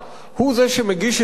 הוא זה שמגיש את המנות,